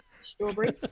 Strawberry